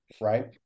right